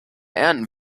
ernten